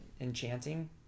enchanting